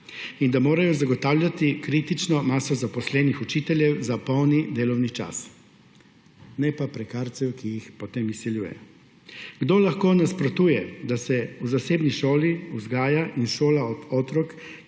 in da morajo zagotavljati kritično maso zaposlenih učiteljev za polni delovni čas, ne pa prekarcev, ki jih potem izsiljuje? Kdo lahko nasprotuje, da se v zasebni šoli vzgaja in šola otrok,